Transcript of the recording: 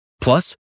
Plus